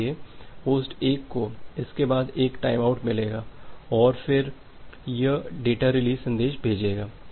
इसलिए होस्ट 1 को इसके बाद एक टाइमआउट मिलेगा और यह फिर से डेटा रिलीज़ संदेश भेजेगा